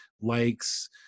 likes